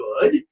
good